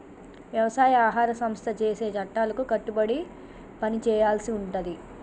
వ్యవసాయ ఆహార సంస్థ చేసే చట్టాలకు కట్టుబడి పని చేయాల్సి ఉంటది